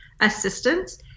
assistance